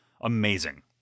amazing